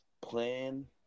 plan